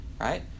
right